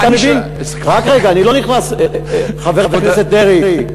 חבר הכנסת דרעי,